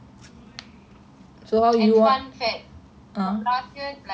and fun fact from last year there was no senior